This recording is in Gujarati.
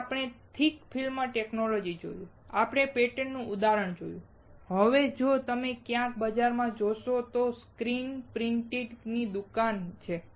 પછી આપણે થીક ફિલ્મ ટેકનોલોજી જોયું આપણે પેટર્નનું ઉદાહરણ જોયું અને હવે જો તમે ક્યાંક બજારોમાં જશો તો સ્ક્રીન પ્રિન્ટિંગ ની દુકાન છે